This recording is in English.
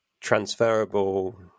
transferable